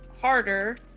harder